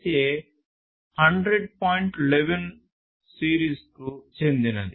11 సిరీస్కు చెందినది